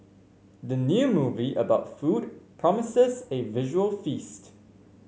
the new movie about food promises a visual feast